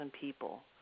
people